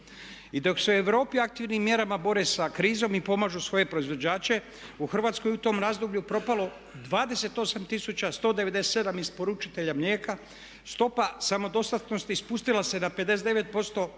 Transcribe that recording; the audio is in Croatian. dok se u Europi aktivnim mjerama bore sa krizom i pomažu svoje proizvođače u Hrvatskoj u tom razdoblju propalo je 28 197 isporučitelja mlijeka, stopa samodostatnosti spustila se na 59%, proizvodnja